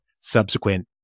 subsequent